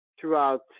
throughout